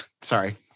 Sorry